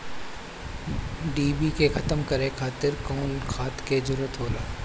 डिभी के खत्म करे खातीर कउन खाद के जरूरत होला?